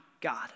God